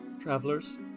travelers